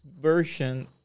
version